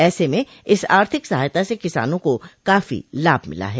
एसे में इस आर्थिक सहायता से किसानों को काफी लाभ मिला है